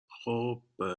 خوب